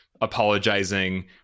apologizing